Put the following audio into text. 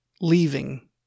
leaving